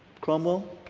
cromwell,